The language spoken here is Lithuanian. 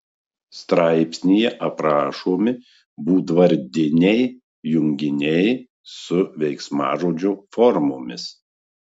straipsnyje aprašomi būdvardiniai junginiai su veiksmažodžio formomis